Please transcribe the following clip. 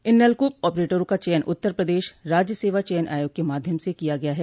इन नलकूप ऑपरेटरों का चयन उत्तर प्रदेश राज्य सेवा चयन आयोग के माध्यम से किया गया है